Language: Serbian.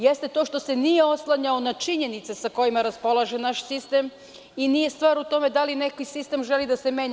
Jeste to što se nije oslanjao na činjenice sa kojima raspolaže naš sistem i nije stvar u tome da li neki sistem želi da se menja.